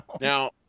Now